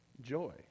joy